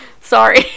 Sorry